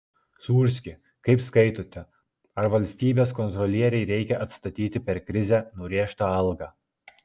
sūrski kaip skaitote ar valstybės kontrolierei reikia atstatyti per krizę nurėžtą algą